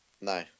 No